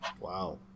Wow